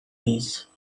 peace